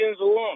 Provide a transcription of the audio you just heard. alone